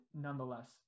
nonetheless